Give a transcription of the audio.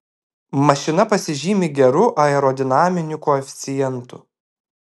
mašina pasižymi geru aerodinaminiu koeficientu